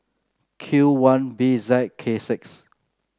Q one B Z K six